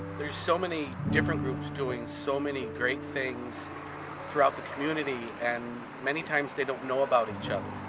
there's so many different groups doing so many great things throughout the community and many times they don't know about each other.